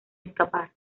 escapar